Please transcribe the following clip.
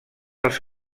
els